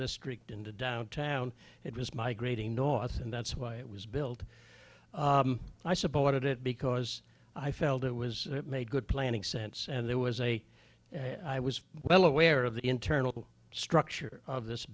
district in the downtown it was migrating north and that's why it was built and i supported it because i felt it was made good planning sense and there was a i was well aware of the internal structure of this